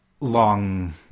long